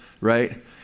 right